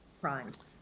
crimes